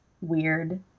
weird